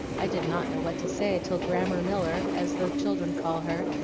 i did not know what to say till grammer miller as the children call her,